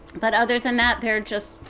but other than that, there are just,